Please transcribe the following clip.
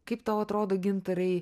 kaip tau atrodo gintarai